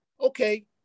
okay